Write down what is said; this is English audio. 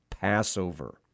Passover